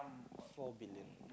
four billion